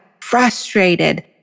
frustrated